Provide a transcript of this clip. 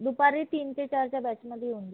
दुपारी तीन ते चारच्या बॅचमध्ये येऊन जा